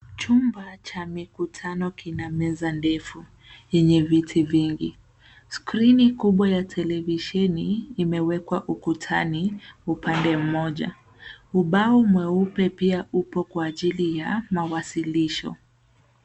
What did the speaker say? Chumba cha mikutano kina meza ndefu yenye viti vingi. Skrini kubwa ya televisheni imewekwa ukutani upande mmoja. Ubao mweupe pia upo kwa ajili ya mawasilisho.